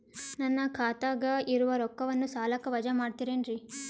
ನನ್ನ ಖಾತಗ ಇರುವ ರೊಕ್ಕವನ್ನು ಸಾಲಕ್ಕ ವಜಾ ಮಾಡ್ತಿರೆನ್ರಿ?